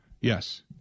Yes